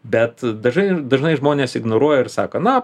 bet dažai dažnai žmonės ignoruoja ir sako na